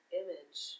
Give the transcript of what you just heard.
image